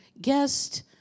guest